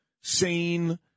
sane